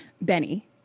Benny